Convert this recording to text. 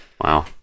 wow